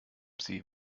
sie